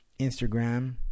Instagram